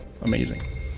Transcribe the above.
amazing